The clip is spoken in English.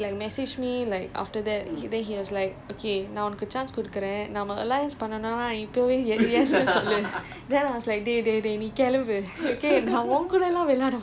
then I was just then he was like err when we plan for wednesday right I think he like message me like after that then he was like okay நான் உனக்கு:naan unakku chance கொடுக்கிறேன் நம்ம:kodukkiren namma alliance பண்ணனா இப்போவே:pannanaa ippove